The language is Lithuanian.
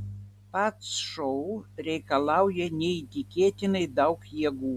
pats šou reikalauja neįtikėtinai daug jėgų